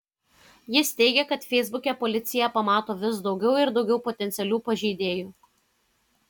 jis teigia kad feisbuke policija pamato vis daugiau ir daugiau potencialių pažeidėjų